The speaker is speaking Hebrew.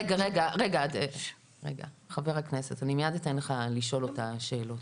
רגע, חבר הכנסת, אני מיד אתן לך לשאול אותה שאלות.